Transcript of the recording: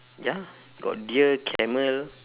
ya got deer camel